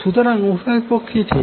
সুতরাং উভয়পক্ষই ঠিক